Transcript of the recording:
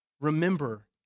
Remember